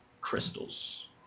Crystals